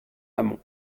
amont